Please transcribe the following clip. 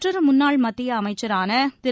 மற்றொரு முன்னாள் மத்திய அமைச்சரான திரு